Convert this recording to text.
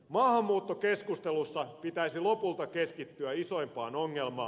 maahanmuuttokeskustelussa pitäisi lopulta keskittyä isoimpaan ongelmaan